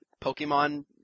Pokemon